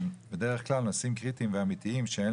ובדרך כלל נושאים קריטיים ואמיתיים שאין